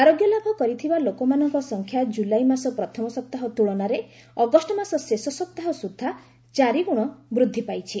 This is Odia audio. ଆରୋଗ୍ୟ ଲାଭ କରିଥିବା ଲୋକମାନଙ୍କ ସଂଖ୍ୟା କୁଲାଇ ମାସ ପ୍ରଥମ ସପ୍ତାହ ତୁଳନାରେ ଅଗଷ୍ଟ ମାସ ଶେଷ ସପ୍ତାହ ସୁଦ୍ଧା ଚାରିଗୁଣ ବୃଦ୍ଧି ପାଇଛି